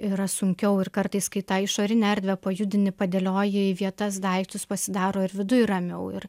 yra sunkiau ir kartais kai tą išorinę erdvę pajudini padėlioji į vietas daiktus pasidaro ir viduj ramiau ir